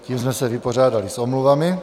Tím jsme se vypořádali s omluvami.